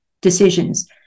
decisions